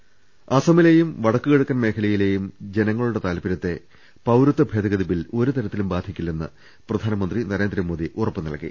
ദിനേശ് ഷിഹാബ് തങ്ങൾ അസമിലെയും വടക്കുകിഴക്കൻ മേഖലയിലെയും ജന ങ്ങളുടെ താല്പര്യത്തെ പൌരത്വ ഭേദഗതി ബിൽ ഒരു തരത്തിലും ബാധിക്കില്ലെന്ന് പ്രധാനമന്ത്രി നരേന്ദ്രമോദി ഉറപ്പ് നൽകി